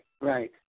Right